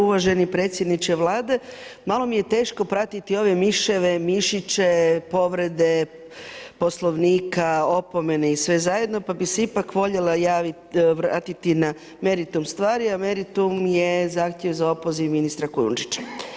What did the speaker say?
Uvaženi predsjedniče Vlade, malo mi je teško pratiti ove miševe, mišiće, povrede Poslovnika, opomene i sve zajedno pa bi se ipak voljela vratiti na meritum stvar a meritum je zahtjev za opoziv ministra Kujundžića.